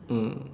mm